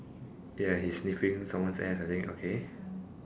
ya he's sniffing someone's ass I think okay